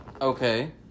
Okay